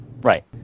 Right